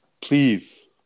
please